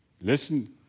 Listen